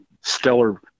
stellar